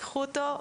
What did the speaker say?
תקחו אותו,